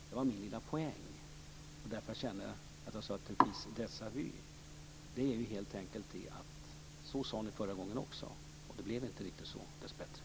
Det var min lilla poäng - det var därför jag sade att det var en viss déjà vu - att så sade ni förra gången också, och det blev dessbättre inte så.